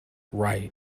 right